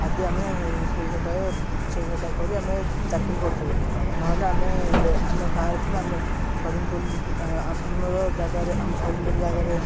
ଆଦି ଆମେ ସେଠାରେ ସେ ସେଠାରେ କରି ଆମେ ଚାକିରି କରିଥାଉ ନହେଲେ ଆମେ ଆମ ଗାଁରେ ଥିଲା ଆମେ ଆମର ଜାଗାରେ ଆମ ଜାଗାରେ